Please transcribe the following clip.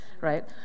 right